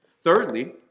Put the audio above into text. Thirdly